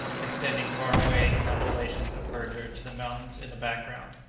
extending far away in undulations of verdure to the mountains in the background.